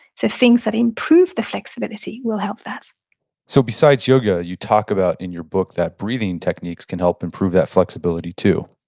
so things that improve the flexibility will help that so besides yoga, you talk about in your book that breathing techniques can help improve that flexibility too.